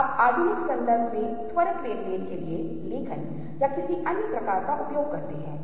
इसलिए आपने अभी जो डेटा देखा था वह अधूरा था और हमारे पास जो अधूरा है उसे पूरा करने की कोशिश करने की प्रवृत्ति है